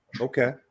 okay